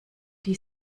die